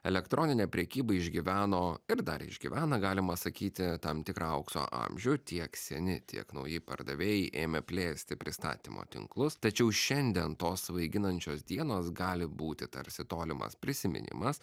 elektroninė prekyba išgyveno ir dar išgyvena galima sakyti tam tikrą aukso amžių tiek seni tiek nauji pardavėjai ėmė plėsti pristatymo tinklus tačiau šiandien tos svaiginančios dienos gali būti tarsi tolimas prisiminimas